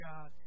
God